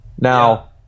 Now